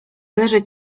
leżeć